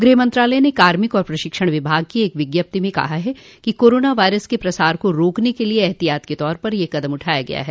गृहमंत्रालय के कार्मिक और प्रशिक्षण विभाग की एक विज्ञप्ति में कहा गया है कि कोरोना वायरस के प्रसार को रोकने के लिए एहतियात के तौर पर यह कदम उठाया गया है